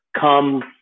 come